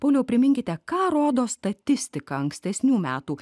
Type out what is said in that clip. pauliau priminkite ką rodo statistika ankstesnių metų